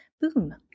Boom